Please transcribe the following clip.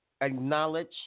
acknowledge